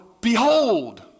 behold